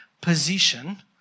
position